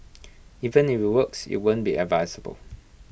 even if IT works IT won't be advisable